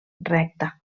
recta